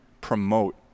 promote